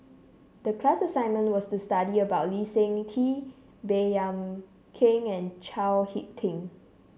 the class assignment was to study about Lee Seng Tee Baey Yam Keng and Chao HicK Tin